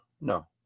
No